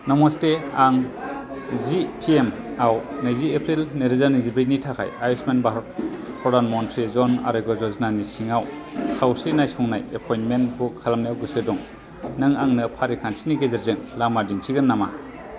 नमस्ते आं जि पिएम आव नैजि एप्रिल नैरोजा नैजिब्रैनि थाखाय आयुश्मान भारत प्रधान मन्त्रि जन आरग्य' योजनानि सिङाव सावस्रि नायसंनाय एपइन्टमेन्ट बुक खालामनायाव गोसो दं नों आंनो फारिखान्थिनि गेजेरजों लामा दिन्थिगोन नामा